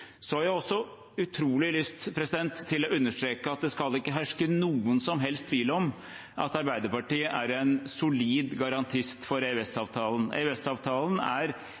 Jeg har også utrolig lyst til å understreke at det skal ikke herske noen som helst tvil om at Arbeiderpartiet er en solid garantist for EØS-avtalen. EØS-avtalen er